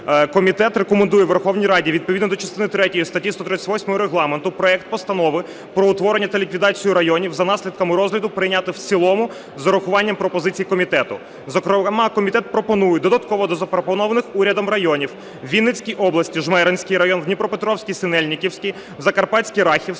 комітет рекомендує Верховній Раді, відповідно до частини третьої статті 138 Регламенту проект Постанови про утворення та ліквідацію районів за наслідками розгляду прийняти в цілому з урахуванням пропозицій комітету. Зокрема, комітет пропонує додатково до запропонованих урядом районів: у Вінницькій області - Жмеринський район, у Дніпропетровській - Синельниківський, у Закарпатській - Рахівський,